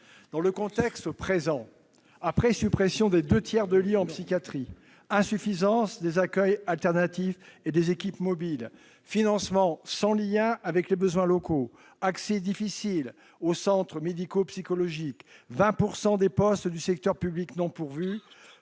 Dans le contexte présent- suppression des deux tiers de lits en psychiatrie, insuffisance des accueils alternatifs et des équipes mobiles, financement sans lien avec les besoins locaux, accès difficile aux centres médico-psychologiques, 20 % des postes du secteur public non pourvus,